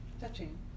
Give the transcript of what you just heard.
Touching